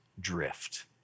drift